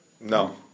No